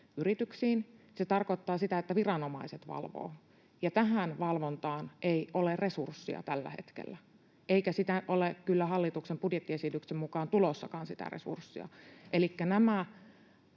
yrityksiin, se tarkoittaa sitä, että viranomaiset valvovat, ja tähän valvontaan ei ole resursseja tällä hetkellä, eikä sitä resurssia ole kyllä hallituksen budjettiesityksen mukaan tulossakaan. Elikkä ei